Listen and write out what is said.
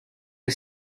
are